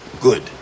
Good